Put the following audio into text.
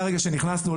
מהרגע שנכנסנו.